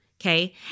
Okay